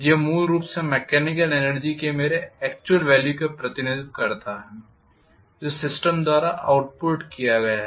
यह मूल रूप से मेकॅनिकल एनर्जी के मेरे अक्चुअल वेल्यू का प्रतिनिधित्व करता है जो सिस्टम द्वारा आउटपुट किया गया है